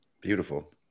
beautiful